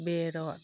बेदर